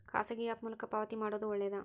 ಖಾಸಗಿ ಆ್ಯಪ್ ಮೂಲಕ ಪಾವತಿ ಮಾಡೋದು ಒಳ್ಳೆದಾ?